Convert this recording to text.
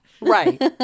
Right